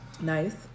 Nice